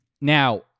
Now